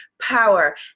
power